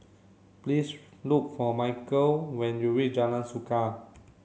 please look for Michel when you reach Jalan Suka